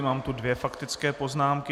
Mám tu dvě faktické poznámky.